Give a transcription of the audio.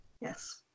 Yes